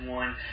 one